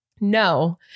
no